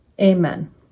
Amen